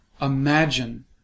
Imagine